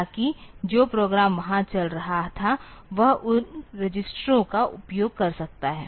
ताकि जो प्रोग्राम वहां चल रहा था वह उन रजिस्टरों का उपयोग कर सकता है